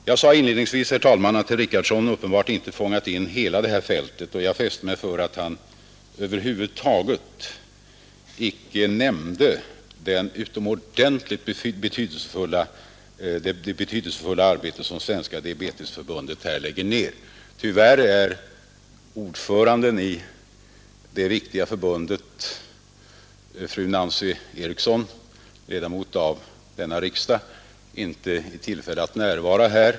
Jag sade inledningsvis, herr talman, att herr Richardson uppenbarligen inte har fångat in hela detta fält. Jag fäste mig vid att han över huvud taget inte nämnde det utomordentligt betydelsefulla arbete som Svenska diabetesförbundet här lägger ned. Tyvärr är ordföranden i det viktiga förbundet, fru Nancy Eriksson, ledamot av denna riksdag, inte i tillfälle att närvara här.